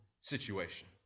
situation